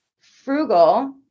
frugal